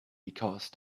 because